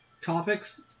topics